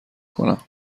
کنم